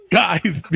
guys